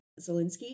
Zelensky